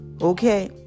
okay